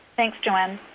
thanks, joann.